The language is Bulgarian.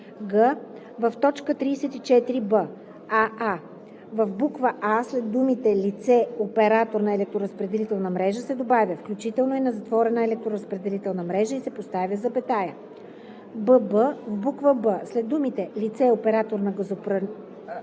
в буква „а“ след думите „лице – оператор на електроразпределителна мрежа“ се добавя „включително и на затворена електроразпределителна мрежа“ и се поставя запетая; бб) в буква „б“ след думите „лице – оператор на